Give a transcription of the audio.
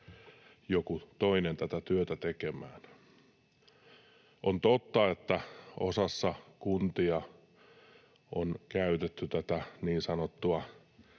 joku toinen tätä työtä tekemään. On totta, että osassa kuntia on käytetty tätä niin sanottua